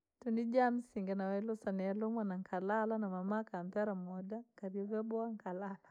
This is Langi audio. Ntuuriija musinga, nawaya lusa noolumwa naankalala na mamaa akampera mooda kanywe vyaboowa mankalalaa.